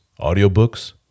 audiobooks